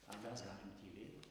ar mes galim tylėt